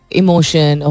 emotion